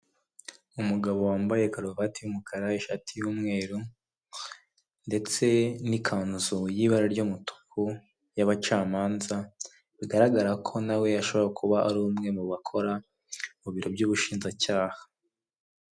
Umugabo wambaye karuvati y'umukara ishati y'umweru ndetse n'ikanzu y'ibara ry'umutuku y'abacamanza bigaragara ko nawe ashobora kuba arumwe mu bakora mu biro by'ubushinjacyaha.